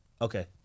Okay